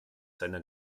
seiner